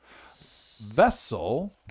Vessel